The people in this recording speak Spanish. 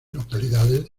localidades